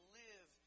live